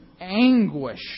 anguish